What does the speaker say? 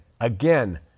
Again